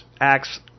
acts